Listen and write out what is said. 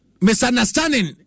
misunderstanding